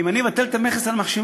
אם אני אבטל את המכס על מחשבים,